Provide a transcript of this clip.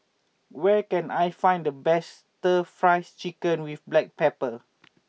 where can I find the best Stir Fried Chicken with Black Pepper